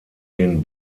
den